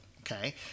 Okay